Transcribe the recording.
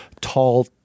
tall